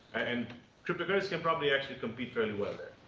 and cryptocurrency can probably actually compete fairly well there.